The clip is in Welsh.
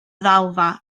ddalfa